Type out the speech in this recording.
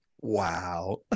Wow